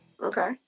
okay